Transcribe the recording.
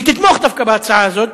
היא תתמוך דווקא בהצעה הזאת,